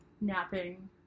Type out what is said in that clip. napping